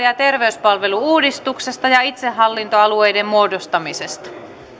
ja terveyspalvelu uudistuksesta ja itsehallintoalueiden muodostamisesta